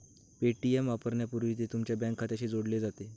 Paytm वापरण्यापूर्वी ते तुमच्या बँक खात्याशी जोडले जाते